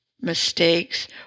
mistakes